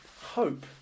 hope